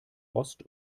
ost